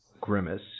grimace